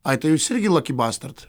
ai tai jųs irgi lakibastard